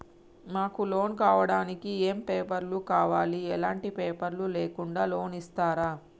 మాకు లోన్ కావడానికి ఏమేం పేపర్లు కావాలి ఎలాంటి పేపర్లు లేకుండా లోన్ ఇస్తరా?